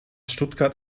stuttgart